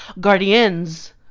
Guardians